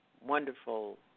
wonderful